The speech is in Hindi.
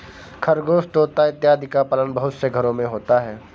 खरगोश तोता इत्यादि का पालन बहुत से घरों में होता है